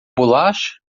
bolacha